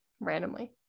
randomly